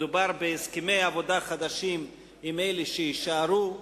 מדובר בהסכמי עבודה חדשים עם אלה שיישארו.